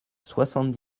soixante